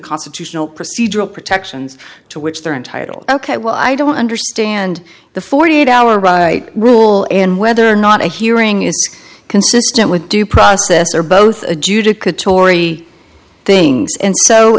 constitutional procedural protections to which they're entitled ok well i don't understand the forty eight hour right rule and whether or not a hearing is consistent with due process or both adjudicatory things and so